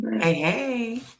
hey